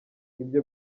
ibyo